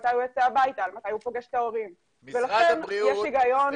כמו שקרן ציינה כאן